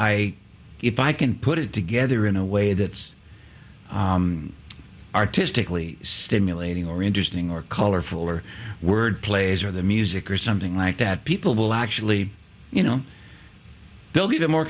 i if i can put it together in a way that is artistically stimulating or interesting or colorful or word plays or the music or something like that people will actually you know they'll be more